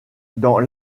dans